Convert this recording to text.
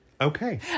Okay